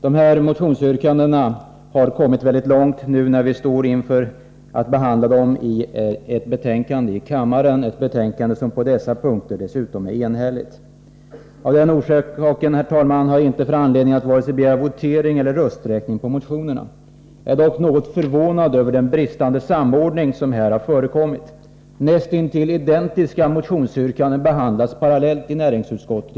Behandlingen av yrkandena i dessa motioner är nu — när vi står inför att avgöra dem i kammaren på grundval av ett betänkande, som i dessa avseenden dessutom är enhälligt — mycket långt framskriden. Av den orsaken, herr talman, har jag inte för avsikt att begära vare sig votering eller rösträkning i samband med beslutet med anledning av motionerna. Jag är dock något förvånad över den brist på samordning som här har förekommit. Näst intill identiska motionsyrkanden behandlas i dag parallellt i näringsutskottet.